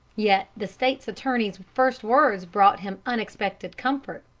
yet the state's attorney's first words brought him unexpected comfort.